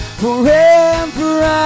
forever